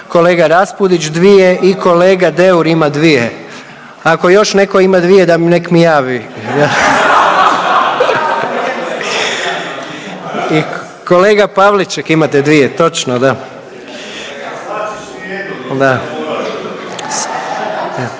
kolega Raspudić dvije i kolega Deur ima dvije. Ako još netko ima dvije nek mi javi i kolega Pavliček imate dvije, točno da.